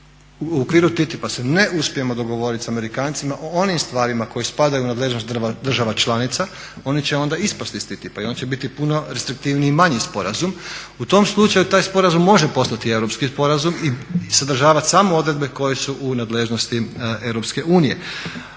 u okviru TTIP-a se ne uspijemo dogovorit s Amerikancima o onim stvarima koje spadaju u nadležnost država članica oni će onda ispast iz TTIP-a i oni će biti puno restriktivniji i manji sporazum. U tom slučaju taj sporazum može postati europski sporazum i sadržavat samo odredbe koje su nadležnosti Europske unije.